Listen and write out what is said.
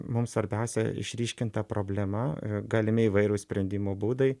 mums svarbiausia išryškint tą problemą galimi įvairūs sprendimo būdai